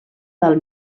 del